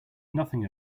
nothing